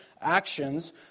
actions